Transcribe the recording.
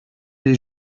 les